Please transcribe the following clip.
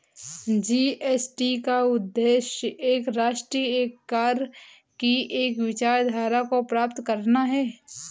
GST का उद्देश्य एक राष्ट्र, एक कर की विचारधारा को प्राप्त करना है